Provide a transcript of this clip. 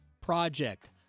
project